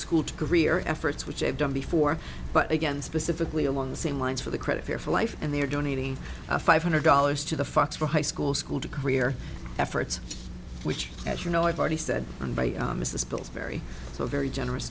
school to career efforts which i have done before but again specifically along the same lines for the credit here for life and they are donating five hundred dollars to the fox for high school school to career efforts which as you know i've already said on by mrs bill's very very generous